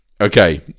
Okay